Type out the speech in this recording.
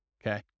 Okay